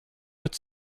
but